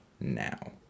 now